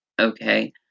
okay